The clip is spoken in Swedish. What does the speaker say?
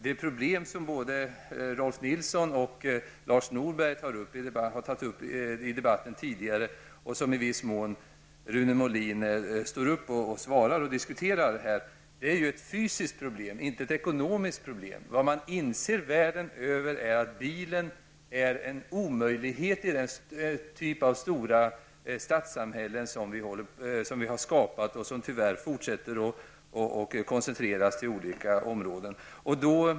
Det problem som både Rolf Nilson och Lars Norberg har berört och som Rune Molin i viss mån tog upp en diskussion om är ett fysiskt problem, inte ett ekonomiskt. Man inser världen över att bilen är en omöjlighet i den typ av stora stadssamhällen som vi har skapat och som genom den fortgående koncentrationen tyvärr fortsätter att uppstå i olika områden.